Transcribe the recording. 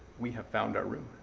we have found our room.